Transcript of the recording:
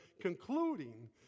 concluding